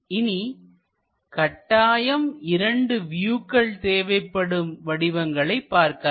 இனி கட்டாயம் இரண்டு வியூக்கள் தேவைப்படும் வடிவங்களை பார்க்கலாம்